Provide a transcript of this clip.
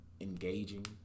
engaging